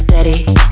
Steady